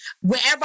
Wherever